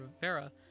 Rivera